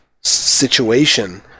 situation